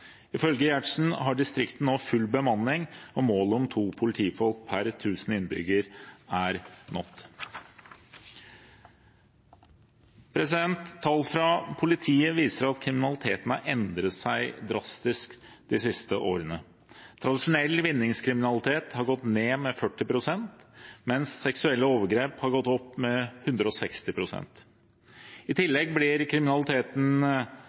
Ifølge Giertsen har distriktet nå full bemanning, og målet om to politifolk per 1000 innbygger er nådd.» Tall fra politiet viser at kriminaliteten har endret seg drastisk de siste årene. Tradisjonell vinningskriminalitet har gått ned med 40 pst., mens seksuelle overgrep har gått opp med 160 pst. I tillegg blir kriminaliteten